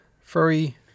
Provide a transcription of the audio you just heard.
furry